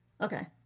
Okay